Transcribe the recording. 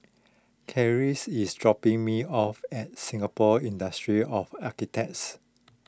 Claire is dropping me off at Singapore Institute of Architects